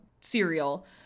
cereal